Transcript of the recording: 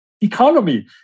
economy